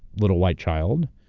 little white child